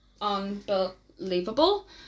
unbelievable